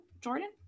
Jordan